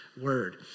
word